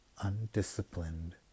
undisciplined